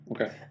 Okay